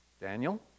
Daniel